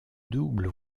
double